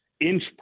inch